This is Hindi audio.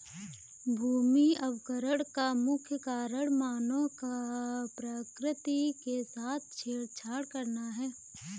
भूमि अवकरण का मुख्य कारण मानव का प्रकृति के साथ छेड़छाड़ करना है